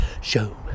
show